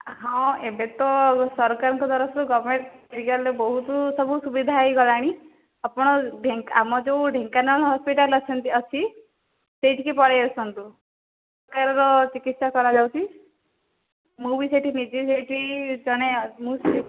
ହଁ ଏବେ ତ ସରକାରଙ୍କ ତରଫରୁ ଗଭମେଣ୍ଟ ମେଡିକାଲରେ ବହୁତ ସବୁ ସୁବିଧା ହୋଇଗଲାଣି ଆପଣ ଆମର ଯେଉଁ ଢ଼େଙ୍କାନାଳ ହସ୍ପିଟାଲ ଅଛନ୍ତି ଅଛି ସେହିଠି କି ପଳାଇ ଆସନ୍ତୁ ମାଗଣା ଚିକିତ୍ସା କରାଯାଉଛି ମୁଁ ବି ସେହିଠି ନିଜେ ଯାଇକି ଜଣେ